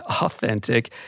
authentic